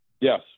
Yes